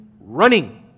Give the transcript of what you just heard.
running